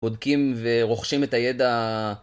בודקים ורוכשים את הידע.